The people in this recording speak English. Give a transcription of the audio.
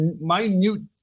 minute